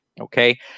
Okay